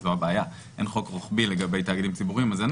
אין חוק רוחבי לגבי תאגידים ציבוריים אז אין